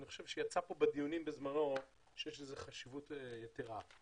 אני חושב שיצא פה בדיונים בזמנו שיש לזה חשיבות יתרה.